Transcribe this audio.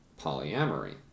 polyamory